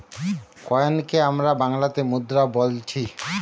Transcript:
কয়েনকে আমরা বাংলাতে মুদ্রা বোলছি